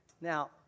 Now